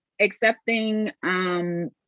Accepting